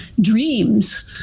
dreams